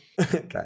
Okay